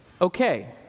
okay